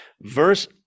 Verse